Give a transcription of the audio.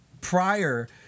prior